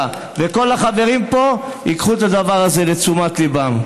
וכל החברים פה ייקחו את הדבר הזה לתשומת ליבם.